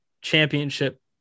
championship